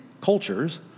cultures